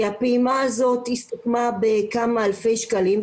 הפעימה הזאת הסתכמה בכמה אלפי שקלים,